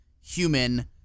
human